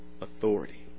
authority